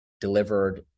delivered